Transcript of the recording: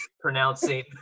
Pronouncing